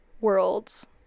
worlds